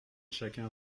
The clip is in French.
chacun